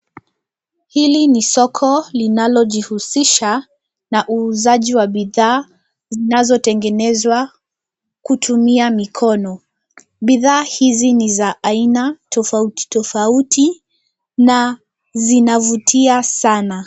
Hili ni soko linalojihusisha, na uuzaji wa bidhaa zinazotengenezwa kutumia mikono. Bidhaa hizi ni za aina tofauti tofauti, na zinavutia sana.